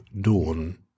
Dawn